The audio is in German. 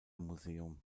museum